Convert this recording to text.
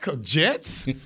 Jets